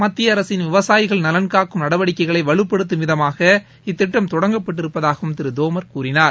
மத்திய அரசின் விவசாயிகள் நலன் காக்கும் நடவடிக்கைகளை வலுப்படுத்தும் விதமாக இத்திட்டம் தொடங்கப்பட்டிருப்பதாகவும் திரு தோமர் கூறினார்